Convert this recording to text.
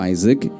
Isaac